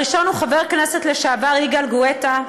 הראשון הוא חבר הכנסת לשעבר יגאל גואטה.